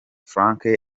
frank